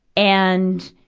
and,